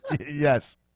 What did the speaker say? Yes